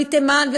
ומתימן,